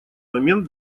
момент